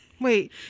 Wait